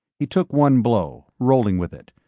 he took one blow, rolling with it,